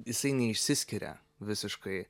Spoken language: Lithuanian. jisai neišsiskiria visiškai